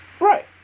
Right